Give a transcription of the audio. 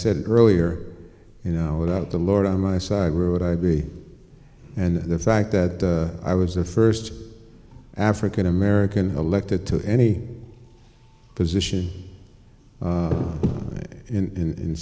said earlier you know without the lord on my side where would i be and the fact that i was the first african american elected to any position